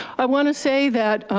i wanna say that.